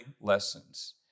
lessons